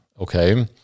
okay